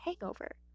hangover